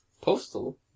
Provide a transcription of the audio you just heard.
Postal